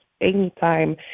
anytime